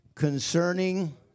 Concerning